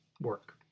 work